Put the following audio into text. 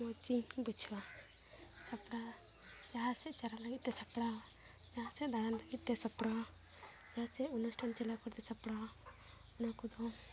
ᱢᱚᱡᱽ ᱤᱧ ᱵᱩᱡᱷᱟᱹᱣᱟ ᱥᱟᱯᱲᱟᱣ ᱡᱟᱦᱟᱸ ᱥᱮᱫ ᱪᱟᱞᱟᱜ ᱞᱟᱹᱜᱤᱫᱼᱛᱮ ᱥᱟᱯᱲᱟᱣ ᱡᱟᱦᱟᱸ ᱥᱮᱫ ᱫᱟᱬᱟᱱ ᱞᱟᱹᱜᱤᱫᱼᱛᱮ ᱥᱟᱯᱲᱟᱣ ᱡᱟᱦᱟᱸ ᱥᱮᱫ ᱚᱱᱩᱥᱴᱷᱟᱱ ᱪᱟᱞᱟᱣ ᱠᱚᱨᱮ ᱥᱟᱯᱲᱟᱣ ᱚᱱᱟ ᱠᱚᱫᱚ